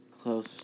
close